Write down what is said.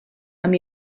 amb